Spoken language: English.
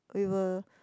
we were